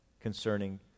concerning